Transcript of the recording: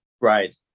Right